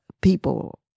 people